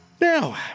Now